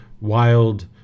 wild